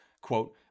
Quote